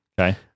Okay